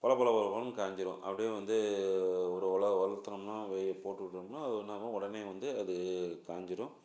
பள பள பள பளன்னு காய்ஞ்சிரும் அப்படியே வந்து ஒரு உலர் உலர்த்துனோம்னா வெயிலில் போட்டுவிட்டோம்னா அது என்ன ஆகும் உடனே வந்து அது காய்ஞ்சிரும்